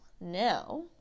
now